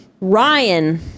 Ryan